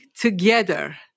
together